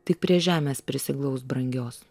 tik prie žemės prisiglaus brangios